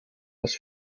das